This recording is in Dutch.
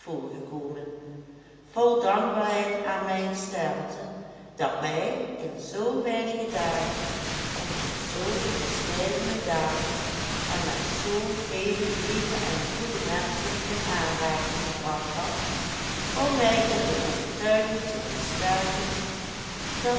voorgekomen vol dankbaarheid aan mijn gesternte dat mij in zoo weinige dagen onder zoo verscheidene daken en met zoovele lieve en goede menschen in aanraking gebracht had om mij in de overtuiging te versterken dat